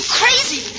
crazy